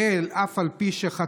ישראל, אף על פי שחטא,